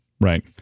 Right